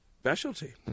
Specialty